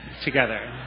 together